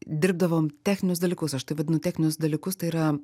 dirbdavom techninius dalykus aš tai vadinu techninius dalykus tai yra